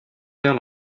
père